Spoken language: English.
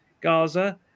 Gaza